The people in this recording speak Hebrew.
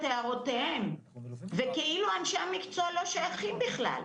הערותיהם וכאילו אנשי המקצוע לא שייכים בכלל.